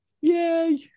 yay